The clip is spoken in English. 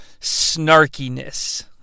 snarkiness